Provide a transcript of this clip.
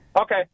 Okay